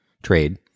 trade